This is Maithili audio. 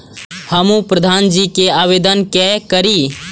हमू प्रधान जी के आवेदन के करी?